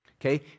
okay